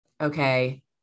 okay